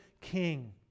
king